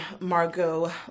Margot